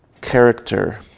Character